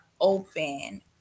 open